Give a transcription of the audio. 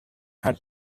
had